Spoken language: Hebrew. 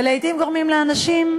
ולעתים גורמים לאנשים,